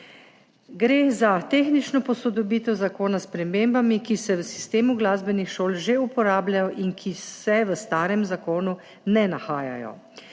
Gre za tehnično posodobitev zakona s spremembami, ki se v sistemu glasbenih šol že uporabljajo in ki se v starem zakonu ne nahajajo.